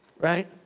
Right